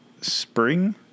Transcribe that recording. spring